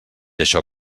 això